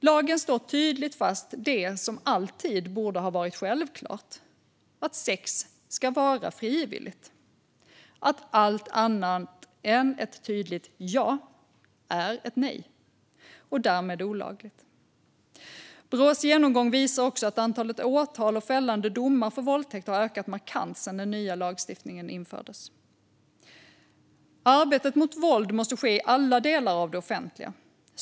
Lagen slår tydligt fast det som alltid borde ha varit självklart: Sex ska vara frivilligt. Allt annat än ett tydligt ja är ett nej och därmed olagligt. Brås genomgång visar också att antalet åtal och fällande domar för våldtäkt har ökat markant sedan den nya lagstiftningen infördes. Arbetet mot våld måste ske i alla delar av det offentliga.